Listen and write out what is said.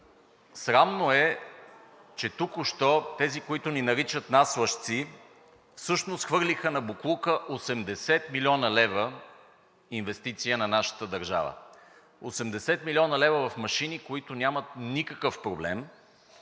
Срамно е, че току-що тези, които ни наричат нас лъжци, всъщност хвърлиха на боклука 80 млн. лв. инвестиция на нашата държава – 80 млн. лв. в машини, които нямат никакъв проблем,